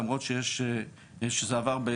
למרות שזה עבר.